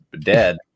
dead